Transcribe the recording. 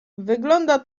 wygląda